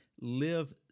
live